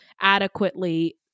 adequately